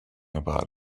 about